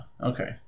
okay